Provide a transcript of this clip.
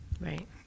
right